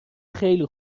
خیلی